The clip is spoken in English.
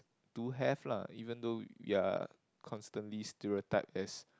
do have lah even though you are constantly stereotype as